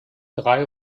drei